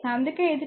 కాబట్టి 10 i2 0